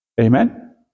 Amen